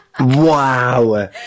Wow